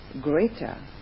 greater